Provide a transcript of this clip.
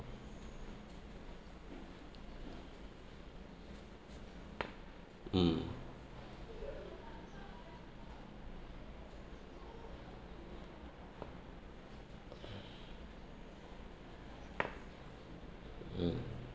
mm mm